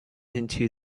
into